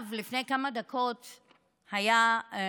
שעכשיו, לפני כמה דקות, היה בחדשות